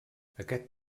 aquest